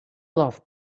laughed